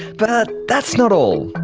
but that's not all.